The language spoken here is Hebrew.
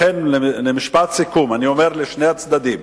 לכן, כמשפט סיכום, אני אומר לשני הצדדים